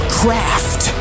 craft